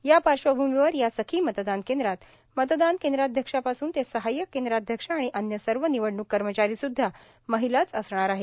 या पार्श्वभूमीवर या सखी मतदान केंद्रात मतदान केंद्राध्यक्षापासून ते सहाय्यक केंद्राध्यक्ष आणि अन्य सर्व निवडणुक कर्मचारीस्द्धा महिलाच असणार आहेत